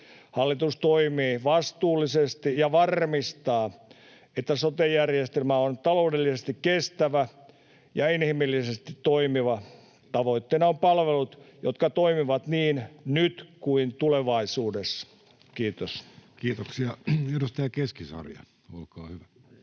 Hallitus toimii vastuullisesti ja varmistaa, että sote-järjestelmä on taloudellisesti kestävä ja inhimillisesti toimiva. Tavoitteena ovat palvelut, jotka toimivat niin nyt kuin tulevaisuudessa. — Kiitos. [Speech 240] Speaker: Jussi